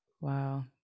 wow